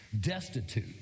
destitute